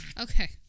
Okay